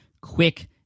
quick